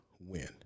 win